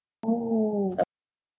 oh